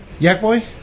Yakboy